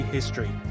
History